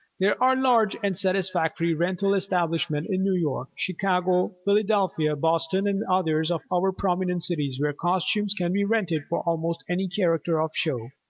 there are large and satisfactory rental establishments in new york, chicago, philadelphia, boston, and others of our prominent cities where costumes can be rented for almost any character of show,